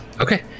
Okay